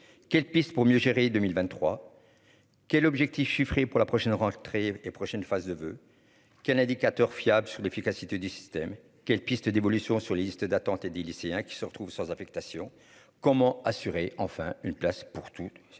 quelles pistes pour mieux gérer 2023 quel objectif chiffré pour la prochaine rentrée prochaine phase de The quels indicateurs fiables sur l'efficacité du système quelles pistes d'évolution sur liste d'attente et des lycéens qui se retrouvent sans affectation, comment assurer enfin une place pour tout